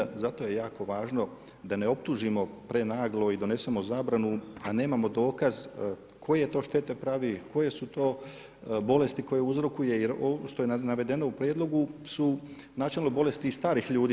Mislim da, zato je jako važno da ne optužimo prenaglo i donesemo zabranu, a nemamo dokaz koje to štete pravi, koje su to bolesti koje uzrokuje, jer ovo što je navedeno u prijedlogu su načelno bolesti i starih ljudi.